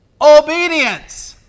obedience